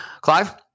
Clive